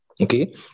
okay